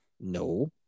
no